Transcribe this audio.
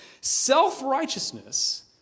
Self-righteousness